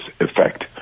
effect